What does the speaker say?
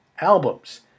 albums